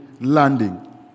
landing